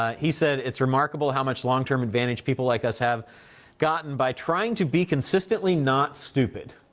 ah he said, it's remarkable how much long-term advantage people like us have gotten by trying to be consistently not stupid,